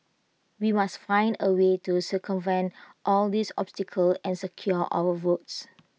we must find A way to circumvent all these obstacles and secure our votes